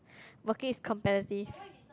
working is competitive